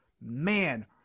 man